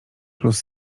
plus